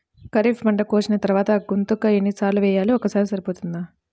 ఖరీఫ్ పంట కోసిన తరువాత గుంతక ఎన్ని సార్లు వేయాలి? ఒక్కసారి సరిపోతుందా?